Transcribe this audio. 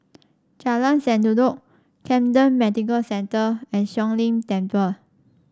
Jalan Sendudok Camden Medical Centre and Siong Lim Temple